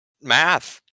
math